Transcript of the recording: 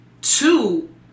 two